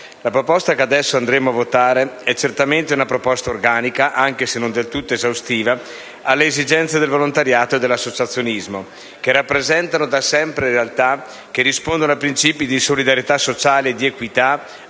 La proposta che adesso andremo a votare costituisce certamente una risposta organica - anche se non del tutto esaustiva - alle esigenze del volontariato e dell'associazionismo, che rappresentano da sempre realtà che rispondono a principi di solidarietà sociale e di equità,